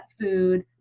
food